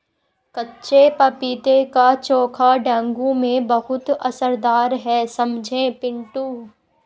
कच्चे पपीते का चोखा डेंगू में बहुत असरदार है समझे पिंटू